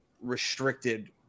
restricted